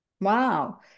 Wow